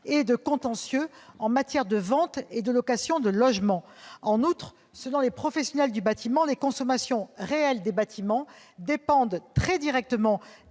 entreprises et en matière de vente et de location de logements. En outre, selon les professionnels du bâtiment, les consommations réelles des bâtiments dépendent très directement